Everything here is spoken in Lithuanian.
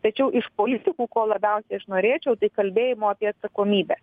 tačiau iš politikų ko labiausiai aš norėčiau tai kalbėjimo apie atsakomybę